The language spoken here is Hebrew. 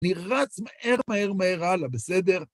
אני רץ מהר, מהר, מהר, הלאה, בסדר?